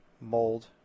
mold